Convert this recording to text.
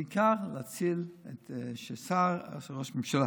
זה בעיקר כדי להציל, שראש הממשלה